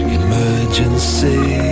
emergency